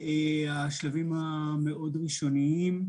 מהשלבים המאוד ראשוניים.